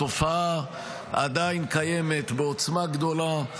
התופעה עדיין קיימת בעוצמה גדולה.